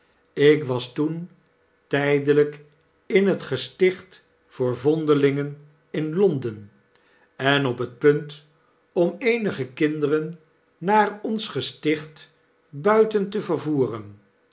ik was toen tydelyk in het gesticht voor vondelingen in l o n d e n en op het punt om eenige kinderen naar ons gesticht buiten te vervoeren